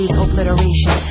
obliteration